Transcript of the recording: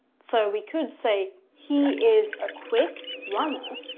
so we could say, he is a quick runner.